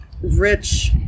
Rich